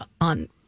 on